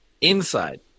Inside